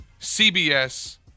CBS